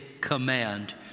command